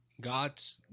God's